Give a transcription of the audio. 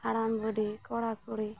ᱦᱟᱲᱟᱢ ᱵᱩᱰᱷᱤ ᱠᱚᱲᱟ ᱠᱩᱲᱤ